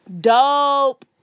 dope